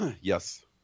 yes